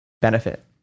benefit